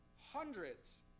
hundreds